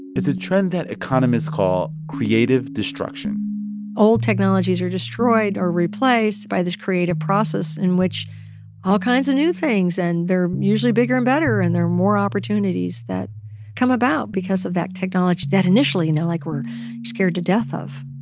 it's a trend that economists call creative destruction old technologies are destroyed or replaced by this creative process in which all kinds of new things. and they're usually bigger and better. and there are more opportunities that come about because of that technology that initially, you know, like, we're scared to death of